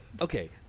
okay